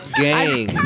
gang